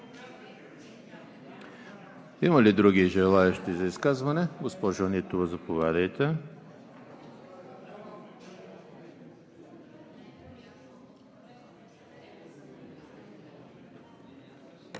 Има ли други желаещи за изказване? Госпожо Нитова, заповядайте.